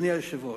אדוני היושב-ראש,